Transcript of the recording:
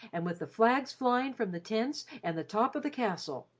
and with the flags flying from the tents and the top of the castle!